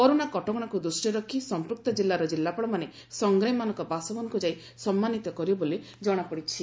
corona କଟକଣାକୁ ଦୃଷ୍କିରେ ରଖ୍ ସଂପୂକ୍ତ ଜିଲ୍ଲାର ଜିଲ୍ଲାପାଳମାନେ ସଂଗ୍ରାମୀମାନଙ୍ଙ ବାସଭବନକ୍ ଯାଇ ସମ୍ମାନିତ କରିବେ ବୋଲି ଜଣାପଡ଼ିଛି